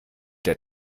der